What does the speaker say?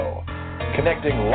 connecting